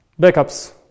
Backups